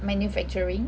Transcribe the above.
manufacturing